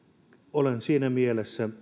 olen siinä mielessä